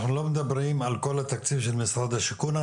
אנחנו לא מדברים על כל התקציב של משרד השיכון,